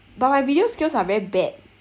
but my video skills are very bad